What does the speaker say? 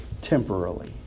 temporarily